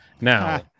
Now